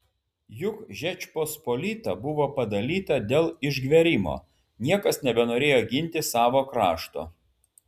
juk žečpospolita buvo padalyta dėl išgverimo niekas nebenorėjo ginti savo krašto